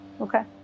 Okay